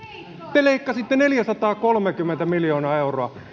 te leikkasitte neljäsataakolmekymmentä miljoonaa euroa